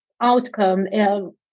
outcome